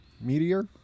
Meteor